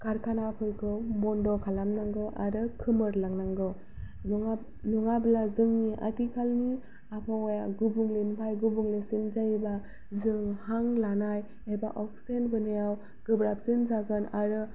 खारखानाफोरखौ बन्द खालामनांगौ आरो खोमोर लांनांगौ नङाब्ला जोंनि आथिखालनि आबहावाया गुबुंलेनिफ्राय गुबुंलेसिन जायोब्ला जों हां लानाय एबा अक्सिजेन मोननायाव गोब्राबसिन जागोन आरो